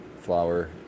flour